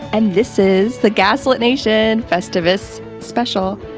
and this is the gaslit nation festivus special.